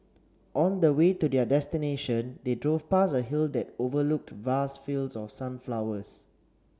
on the way to their destination they drove past a hill that overlooked vast fields of sunflowers